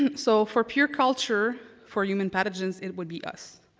and so for pure culture for human pathogens, it would be us.